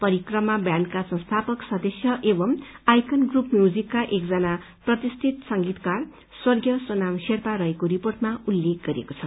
परिक्रमा ब्याण्डका संस्थापक सदस्य एवं आइकन ग्रुप म्यूजिकका एकजना प्रतिष्ठित संगीतकार स्वर्गीय सोनाम शेर्पा रहेको रिपोर्टमा उल्लेख गरिएको छ